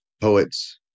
poets